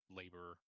labor